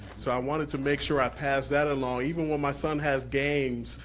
so i wanted to make sure i passed that along. even when my son has games,